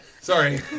Sorry